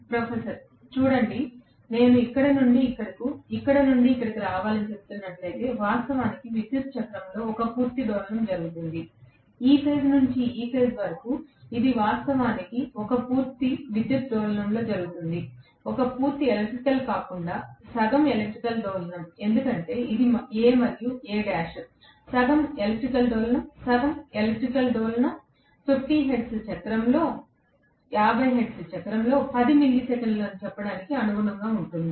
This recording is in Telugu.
ప్రొఫెసర్ చూడండి నేను ఇక్కడ నుండి ఇక్కడికి ఇక్కడ నుండి ఇక్కడికి రావాలని చెప్తున్నట్లయితే వాస్తవానికి విద్యుత్ చక్రంలో ఒక పూర్తి డోలనం జరుగుతుంది ఈ ఫేజ్ నుండి ఈ ఫేజ్ వరకు ఇది వాస్తవానికి ఒక పూర్తి విద్యుత్ డోలనం లో జరుగుతోంది ఒక పూర్తి ఎలక్ట్రికల్ కాకుండా సగం ఎలక్ట్రికల్ డోలనం ఎందుకంటే ఇది A మరియు ఇది A సగం ఎలక్ట్రికల్ డోలనం సగం ఎలక్ట్రికల్ డోలనం 50 హెర్ట్జ్ చక్రంలో 10 మిల్లీసెకన్లు అని చెప్పడానికి అనుగుణంగా ఉంటుంది